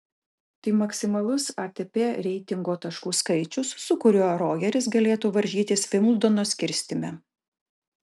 tai maksimalus atp reitingo taškų skaičius su kuriuo rogeris galėtų varžytis vimbldono skirstyme